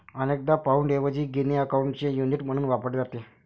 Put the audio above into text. अनेकदा पाउंडऐवजी गिनी अकाउंटचे युनिट म्हणून वापरले जाते